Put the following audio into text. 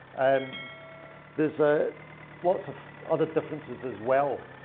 um there's ah lots of other differences as well.